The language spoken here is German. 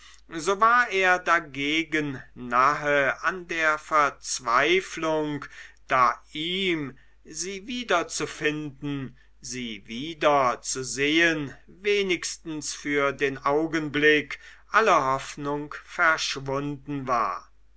so war er dagegen nahe an der verzweiflung da ihm sie wiederzufinden sie wiederzusehen wenigstens für den augenblick alle hoffnung verschwunden war